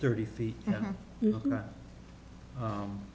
thirty feet you know